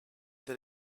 that